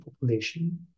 population